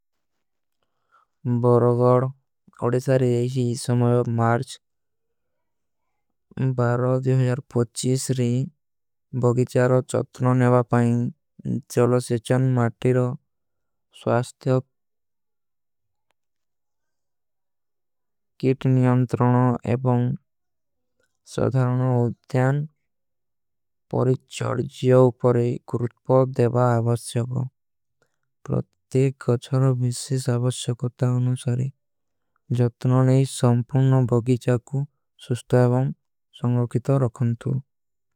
ବରଗଡର ଓଡିସାରୀ ଏଶୀ ଇସମଯୋ ମାର୍ଚ ରୀ ବଗୀଚାରୋ। ଚତନୋ ନେଵା ପାଇଂଗ ଚଲୋ ସେଚନ ମାଟୀରୋ ସ୍ଵାସ୍ତେ କିଟ। ନିଯଂତ୍ରନୋ ଏପଂଗ ସଧାରନୋ ଉଦ୍ଧ୍ଯାନ ପରୀ ଚଡଜିଯୋ। ଉପରେ କୁରୁଟପଧ ଦେଵା ଆଵସ୍ଯୋଗୋ ପରତ୍ତିକ ଗଚ୍ଛରୋ। ବିଶ୍ଚିସ ଆଵସ୍ଯୋଗୋତା ଅନୁସାରୀ ଜତନୋ ନେ ଇସ ସଂପୁର୍ଣ। ବଗୀଚା କୁ ସୁସ୍ତା ଅବଂ ସଂଗ୍ରକିତ ରଖନତୁ।